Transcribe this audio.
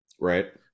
Right